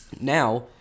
now